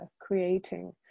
creating